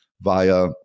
via